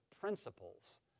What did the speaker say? principles